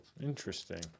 Interesting